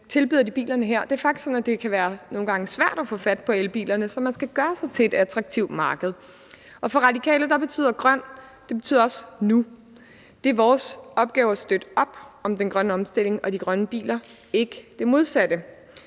at det nogle gange kan være svært at få fat på elbilerne. Så man skal gøre sig til et attraktivt marked, og for Radikale betyder grøn også nu. Det er vores opgave at støtte op om den grønne omstilling og de grønne biler, ikke det modsatte,